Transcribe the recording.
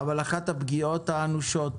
אבל אחת הפגיעות האנושות